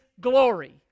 glory